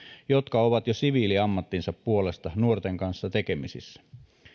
jotka ovat jo siviiliammattinsa puolesta nuorten kanssa tekemisissä